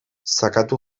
sakatu